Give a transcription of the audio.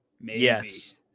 yes